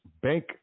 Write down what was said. Bank